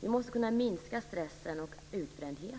Vi måste kunna minska stressen och utbrändheten.